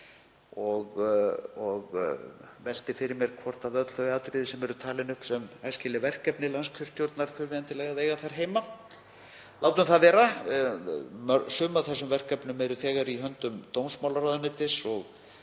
og velti fyrir mér hvort öll þau atriði sem talin eru upp sem æskileg verkefni landskjörstjórnar þurfi endilega að vera þar. Látum það vera. Sum af þessum verkefnum eru þegar í höndum dómsmálaráðuneytis